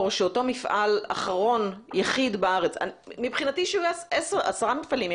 על אותו מפעל יחיד בארץ מבחינתי שיהיו 10 מפעלים,